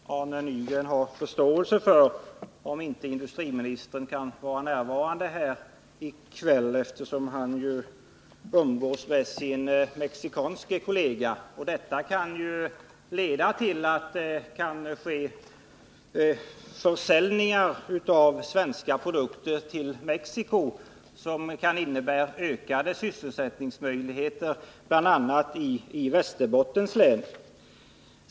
Herr talman! Jag hoppas att Arne Nygren har förståelse för att industriministern inte kan vara närvarande här i kväll, eftersom han umgås med sin mexikanske kollega. Det kan leda till försäljningar av svenska produkter till Mexico, vilket i sin tur kan innebära ökad sysselsättning bl.a. i Västerbottens län.